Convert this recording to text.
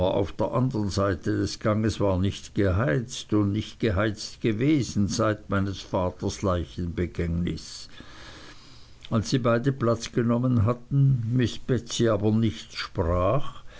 auf der andern seite des ganges war nicht geheizt und nicht geheizt gewesen seit meines vaters leichenbegängnis als sie beide platz genommen hatten miß betsey aber nichts sprach